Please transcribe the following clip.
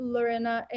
Lorena